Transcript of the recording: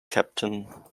captain